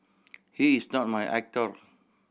he is not my actor